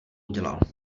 udělal